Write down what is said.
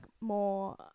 more